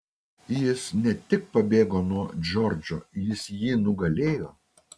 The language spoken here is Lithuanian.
jis ne tik pabėgo nuo džordžo jis jį nugalėjo